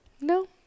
no